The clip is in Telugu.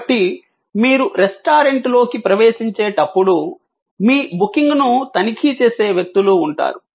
కాబట్టి మీరు రెస్టారెంట్లోకి ప్రవేశించేటప్పుడు మీ బుకింగ్ను తనిఖీ చేసే వ్యక్తులు ఉంటారు